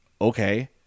okay